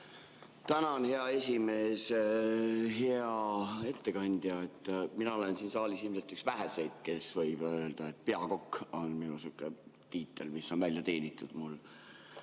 Tänan, hea esimees! Hea ettekandja! Mina olen siin saalis ilmselt üks väheseid, kes võib öelda, et peakokk on minu tiitel, mis on mul välja teenitud